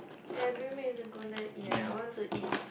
eh bring me to go there eat eh I want to eat